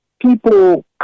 People